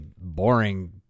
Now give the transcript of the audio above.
boring